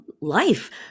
life